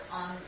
on